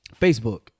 Facebook